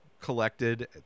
collected